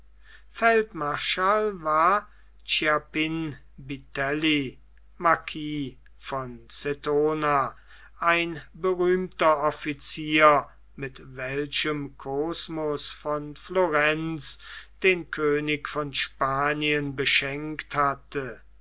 feldmarschall war chiappin vitelli marquis von cetona ein berühmter officier mit welchem cosmus von florenz den könig von spanien beschenkt hatte